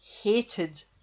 hated